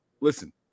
listen